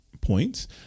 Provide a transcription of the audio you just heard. points